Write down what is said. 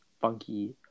funky